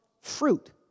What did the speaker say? fruit